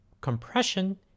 compression